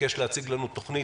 ביקש להציג לנו תוכנית.